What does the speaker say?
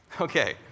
Okay